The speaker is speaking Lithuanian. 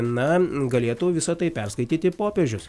na galėtų visa tai perskaityti popiežius